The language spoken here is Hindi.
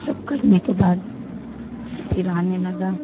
सब करने के बाद फिर आने लगा